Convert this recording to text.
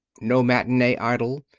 no matinee idol,